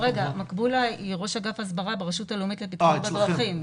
מקובלה היא ראש אגף הסברה ברשות הלאומית לבטיחות בדרכים,